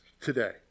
today